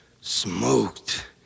smoked